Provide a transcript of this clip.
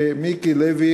ומיקי לוי,